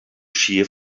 shear